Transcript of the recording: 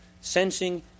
sensing